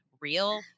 real